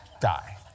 die